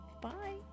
Bye